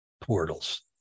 portals